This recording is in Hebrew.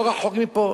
לא רחוק מפה,